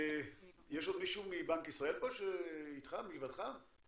יש עוד מישהו מבנק ישראל מלבדך או